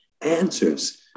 answers